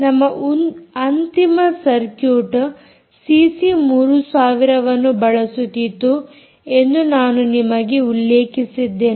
ನಮ್ಮ ಅಂತಿಮ circuit CC 3000 ವನ್ನು ಬಳಸುತ್ತಿತ್ತು ಎಂದು ನಾನು ನಿಮಗೆ ಉಲ್ಲೇಖಿಸಿದ್ದೆನು